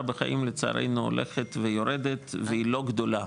בחיים לצערנו הולכת ויורדת והיא לא גדולה,